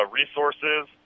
resources